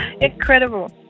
Incredible